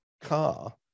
car